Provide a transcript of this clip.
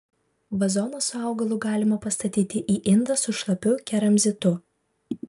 vazoną su augalu galima pastatyti į indą su šlapiu keramzitu